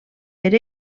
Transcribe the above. per